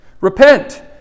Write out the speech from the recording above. Repent